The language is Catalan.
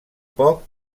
poc